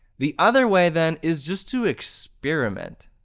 the other way then is just to experiment.